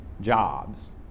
jobs